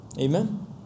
Amen